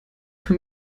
für